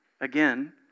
Again